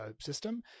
system